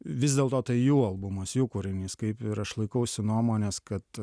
vis dėl to tai jų albumas jų kūrinys kaip ir aš laikausi nuomonės kad